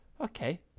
okay